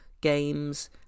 games